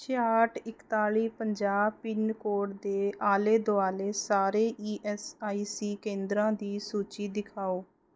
ਛਿਆਹਠ ਇੱਕਤਾਲ਼ੀ ਪੰਜਾਹ ਪਿੰਨਕੋਡ ਦੇ ਆਲੇ ਦੁਆਲੇ ਸਾਰੇ ਈ ਐੱਸ ਆਈ ਸੀ ਕੇਂਦਰਾਂ ਦੀ ਸੂਚੀ ਦਿਖਾਓ